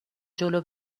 جلو